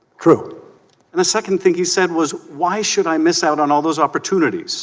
through and the second thing he said was why should i miss out on all those opportunities